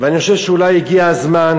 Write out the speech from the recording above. ואני חושב שאולי הגיע הזמן